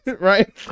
Right